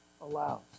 allows